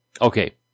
Okay